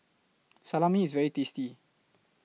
Salami IS very tasty